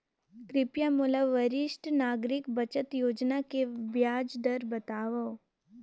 कृपया मोला वरिष्ठ नागरिक बचत योजना के ब्याज दर बतावव